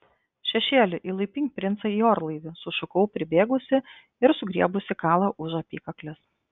šešėli įlaipink princą į orlaivį sušukau pribėgusi ir sugriebusi kalą už apykaklės